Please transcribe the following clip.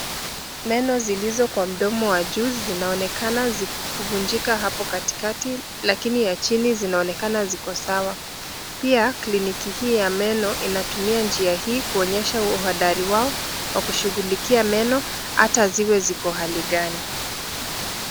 Meno zilizo kwa mdomo wa juu zinaonekana kuvunjika hapo katikati lakini ya chini zinaonekana ziko sawa. Pia kliniki hii ya meno inatumia njia hii kuonyesha uhodari wao wa kushughulikia meno hata ziwe ziko hali gani.